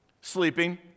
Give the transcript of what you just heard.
Sleeping